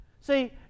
See